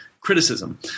criticism